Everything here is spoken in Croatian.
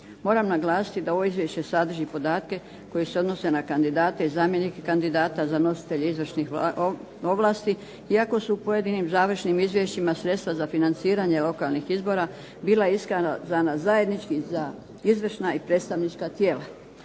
Moram naglasiti da ovo izvješće sadrži podatke koji se odnose na kandidate i zamjenike kandidata za nositelje izvršnih ovlasti, iako su u pojedinim završnim izvješćima sredstva za financiranje lokalnih izbora bila iskazana zajednički za izvršna i predstavnička tijela.